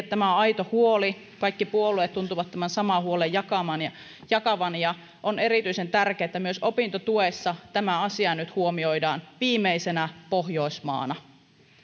tämä on aito huoli kaikki puolueet tuntuvat tämän saman huolen jakavan ja jakavan ja on erityisen tärkeää että myös opintotuessa tämä asia nyt huomioidaan viimeisenä pohjoismaana